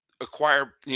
acquire